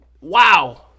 Wow